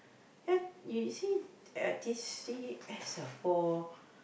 ya you see the T_C_S ah for